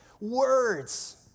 words